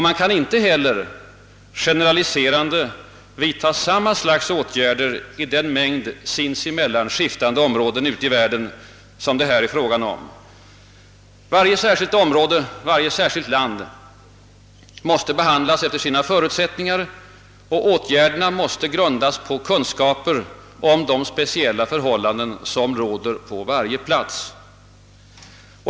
Man kan inte heller generalise rande vidta samma slags åtgärder i den mängd sinsemellan skiftande områden ute i världen som det här är fråga om. Varje särskilt område, varje särskilt land måste behandlas efter sina förutsättningar, och åtgärderna måste grundas på kunskaper om de speciella förhållanden som råder på varje plats.